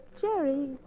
Jerry